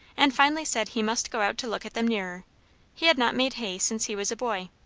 and finally said he must go out to look at them nearer he had not made hay since he was a boy.